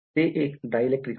ते एक dielectric आहे